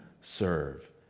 serve